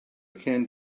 can